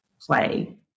play